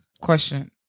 question